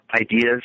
ideas